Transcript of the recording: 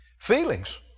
Feelings